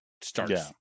starts